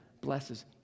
blesses